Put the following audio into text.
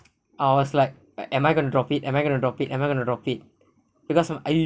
I was like am I going to drop it am I going to drop it am I going to drop it because from I